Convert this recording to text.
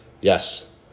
yes